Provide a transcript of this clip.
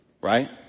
right